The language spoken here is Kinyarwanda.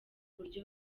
buryo